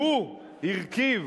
והוא הרכיב